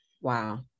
Wow